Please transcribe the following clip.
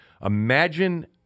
Imagine